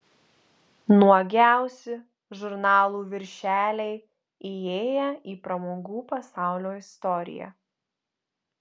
nuogiausi žurnalų viršeliai įėję į pramogų pasaulio istoriją